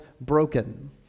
broken